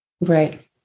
Right